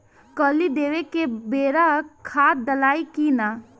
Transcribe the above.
कली देवे के बेरा खाद डालाई कि न?